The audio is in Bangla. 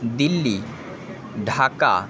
দিল্লি ঢাকা